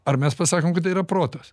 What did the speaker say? ar mes pasakom kada yra protas